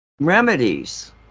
remedies